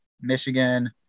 Michigan